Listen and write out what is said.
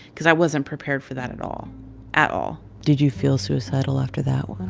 because i wasn't prepared for that at all at all did you feel suicidal after that?